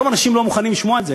רוב האנשים לא מוכנים לשמוע על זה.